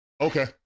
Okay